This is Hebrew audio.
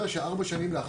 בוודאי שכן.